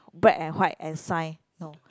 black and white and sign no